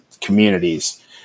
communities